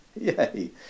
Yay